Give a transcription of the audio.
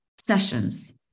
sessions